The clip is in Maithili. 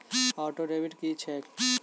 ऑटोडेबिट की छैक?